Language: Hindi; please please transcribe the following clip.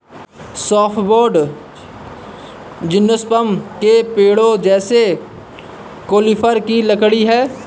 सॉफ्टवुड जिम्नोस्पर्म के पेड़ों जैसे कॉनिफ़र की लकड़ी है